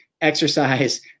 exercise